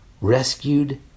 Rescued